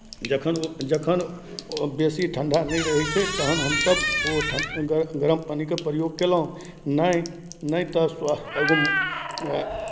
जखन ओ जखन ओ बेसी ठण्ढा नहि रहै छै तखन हमसभ ओ ठ गर गरम पानिके प्रयोग कयलहुँ नहि नहि तऽ स्वास्थ्य एगो